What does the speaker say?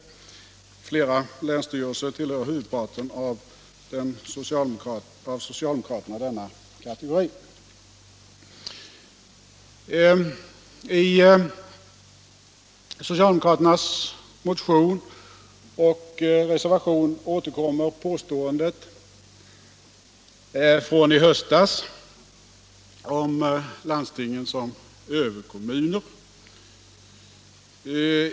I flera länsstyrelser tillhör huvudparten av socialdemokraterna denna kategori. I socialdemokraternas motion och reservation återkommer påståendet från i höstas om landstingen som ”överkommuner”.